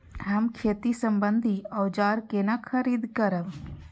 हम खेती सम्बन्धी औजार केना खरीद करब?